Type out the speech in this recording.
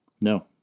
No